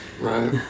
Right